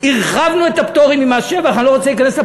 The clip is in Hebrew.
הרחבנו את הפטורים ממס שבח.